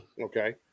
okay